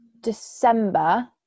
December